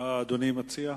מה אדוני מציע?